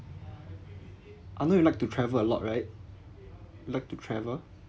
I know you like to travel a lot right you like to travel